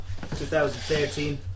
2013